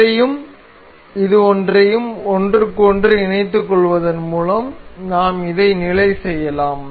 இதையும் இது ஒன்றையும் ஒன்றுக்கொன்று இணைத்துக்கொள்வதன் மூலம் நாம் இதை நிலை செய்யலாம்